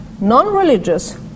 Non-religious